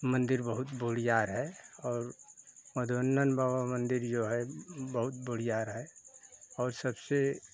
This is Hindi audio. मंदिर बहुत बढ़िया है और बाबा मंदिर जो है बहुत बढ़िया है और सबसे